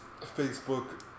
Facebook